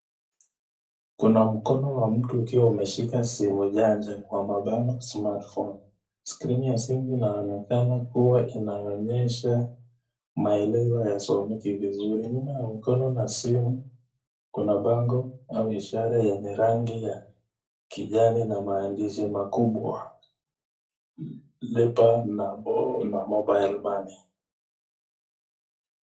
Kuna mkono wa mtu ukiwa umeshika simu janja kwa mabano smartphone [ cs]. Skrini ya simu inaonekana kuwa inaonyesha maelezo yasomeki vizuri. Nyuma ya mkono na simu, kuna bango au ishara yenye rangi ya kijani na maandishi makubwa, Lipa na Mobile Money .